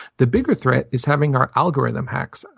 the bigger threat is having our algorithm hacked.